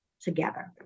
together